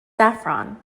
saffron